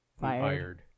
fired